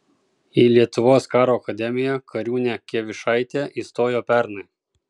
į lietuvos karo akademiją kariūnė kievišaitė įstojo pernai